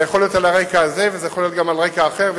זה יכול להיות על הרקע הזה וזה יכול להיות גם על רקע אחר,